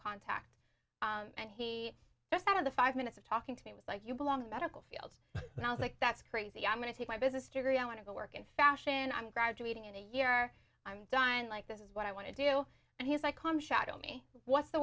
contact and he said of the five minutes of talking to me it was like you belong the medical field and i was like that's crazy i'm going to take my business degree i want to go work in fashion i'm graduating in a year i'm done like this is what i want to do and he's like